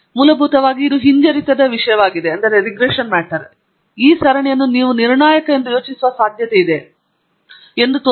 ಮೂಲಭೂತವಾಗಿ ಇದು ಹಿಂಜರಿತದ ವಿಷಯವಾಗಿದೆ ಆದರೆ ಈ ಸರಣಿಯನ್ನು ನೀವು ನಿರ್ಣಾಯಕ ಎಂದು ಯೋಚಿಸುವ ಸಾಧ್ಯತೆಯಿದೆ ಎಂದು ಇದು ತೋರಿಸುತ್ತದೆ